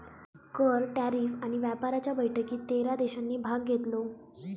कर, टॅरीफ आणि व्यापाराच्या बैठकीत तेरा देशांनी भाग घेतलो